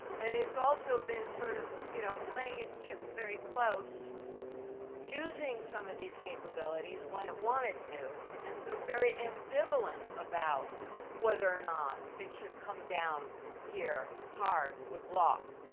and it's also been sort of you know playing its chips very close using some of these capabilities when it wanted to. and so very ambivalent about whether or not it should come down here hard with law.